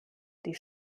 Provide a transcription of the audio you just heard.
die